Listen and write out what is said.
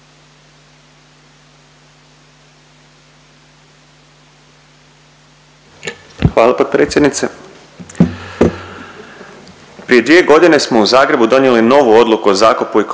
Hvala potpredsjednice. Prije dvije godine smo u Zagrebu donijeli novu Odluku o zakupu i kupoprodaji